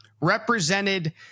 represented